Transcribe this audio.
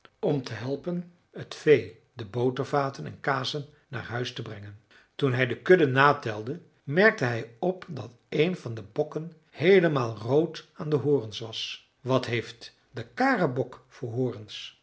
om te helpen t vee de botervaten en kazen naar huis te brengen toen hij de kudde natelde merkte hij op dat een van de bokken heelemaal rood aan de horens was wat heeft de karebok voor